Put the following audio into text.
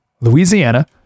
Louisiana